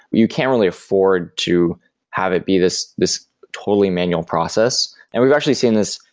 you can't really afford to have it be this this totally manual process. and we've actually seen this.